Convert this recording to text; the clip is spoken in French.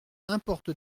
importe